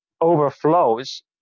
overflows